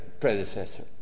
predecessor